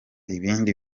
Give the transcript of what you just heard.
ibindi